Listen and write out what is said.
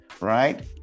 right